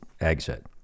exit